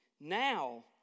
Now